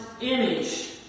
image